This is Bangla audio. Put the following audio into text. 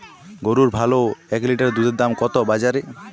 গরুর ভালো এক লিটার দুধের দাম কত বাজারে?